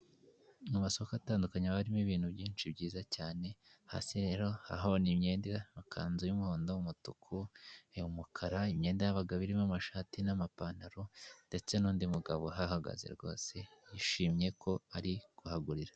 Mu masoko atandukanye haba harimo ibintu byinshi byiza cyane hasi rero aho ni imyenda amakanzu y'umuhondo, umutuku, umukara, imyenda y'abagabo irimo amashati n'amapantaro, ndetse n'undi mugabo aha hagaze rwose yishimye ko ari kuhagurira.